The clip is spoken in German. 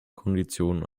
konditionen